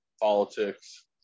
politics